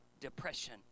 depression